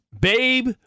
Babe